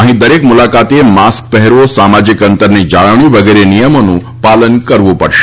અહીં દરેક મુલાકાતીએ માસ્ક પહેરવો સામાજીક અંતરની જાળવણી વગેરે નિયમોનું પાલન કરવું પડશે